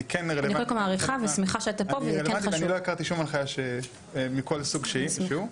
אני כן רלוונטי ואני לא הכרתי שום הנחייה מכל סוג שהיא ממישהו.